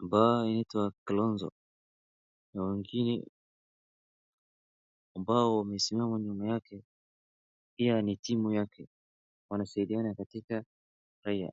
ambaye anaitwa Kalonzo na wengine ambao wamesimama nyuma yake pia ni timu yake wanasaidiana katika haya.